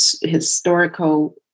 historical